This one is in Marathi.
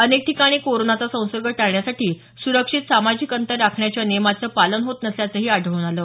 अनेक ठिकाणी कोरोनाचा संसर्ग टाळण्यासाठी सुरक्षित सामाजिक अंतर राखण्याच्या नियमांचं पालन होत नसल्याचंही आढळून आलं